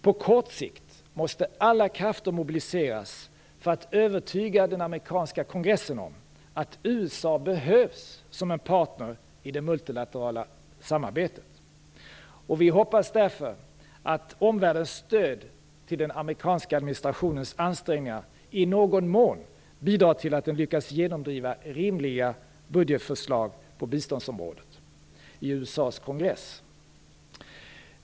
På kort sikt måste alla krafter mobiliseras för att övertyga den amerikanska kongressen om att USA behövs som en partner i det multilaterala samarbetet. Vi hoppas därför att omvärldens stöd till den amerikanska administrationens ansträngningar i någon mån bidrar till att den lyckas genomdriva rimliga budgetförslag på biståndsområdet i USA:s kongress.